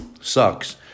sucks